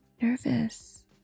nervous